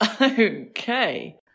Okay